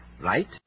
Right